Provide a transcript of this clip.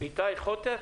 --- איתי חוטר,